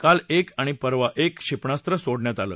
काल एक आणि परवा एक क्षेपणास्त्र सोडण्यात आलं